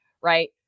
right